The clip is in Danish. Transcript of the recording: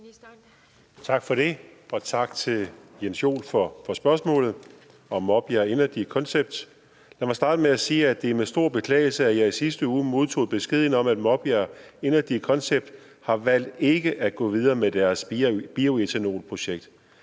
Tak for det, og tak til Jens Joel for spørgsmålet om Maabjerg Energy Concept. Lad mig starte med at sige, at det var med stor beklagelse, at jeg i sidste uge modtog besked om, at Maabjerg Energy Concept havde valgt ikke at gå videre med deres bioætanolprojekt.